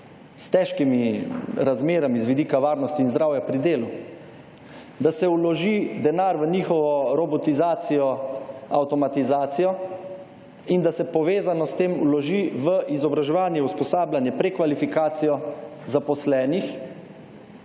S težkimi razmerami z vidika varnosti in zdravja pri delu. Da se vloži denar v njihovo robotizacijo, avtomatizacijo, in da se povezano s tem vloži v izobraževanje, usposabljanje, prekvalifikacijo zaposlenih,